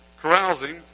carousing